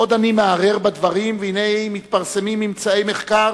עוד אני מהרהר בדברים והנה מתפרסמים ממצאי מחקר